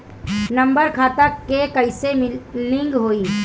Number खाता से कईसे लिंक होई?